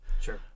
Sure